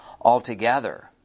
altogether